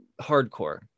hardcore